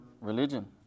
Religion